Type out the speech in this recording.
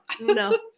No